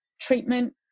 treatment